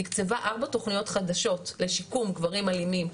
תקצבה ארבע תכניות חדשות לשיקום גברים אלימים,